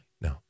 No